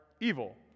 evil